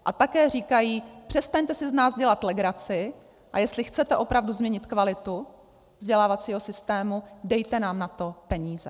A také říkají, přestaňte si z nás dělat legraci, a jestli chcete opravdu změnit kvalitu vzdělávacího systému, dejte nám na to peníze.